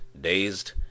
dazed